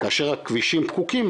כאשר הכבישים פקוקים,